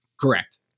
Correct